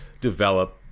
develop